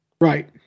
Right